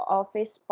office